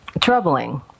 troubling